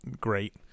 Great